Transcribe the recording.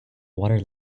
water